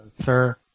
Sir